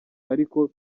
ariko